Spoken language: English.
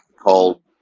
called